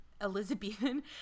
elizabethan